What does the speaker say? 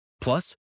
Plus